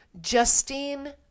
Justine